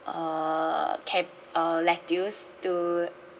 uh cab~ uh lettuce to